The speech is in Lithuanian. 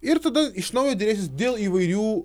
ir tada iš naujo derėsis dėl įvairių